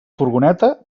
furgoneta